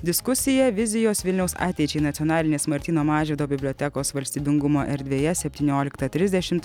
diskusija vizijos vilniaus ateičiai nacionalinės martyno mažvydo bibliotekos valstybingumo erdvėje septynioliktą trisdešimt